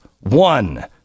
One